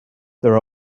there